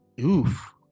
Oof